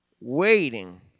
Waiting